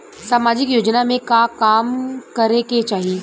सामाजिक योजना में का काम करे के चाही?